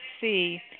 see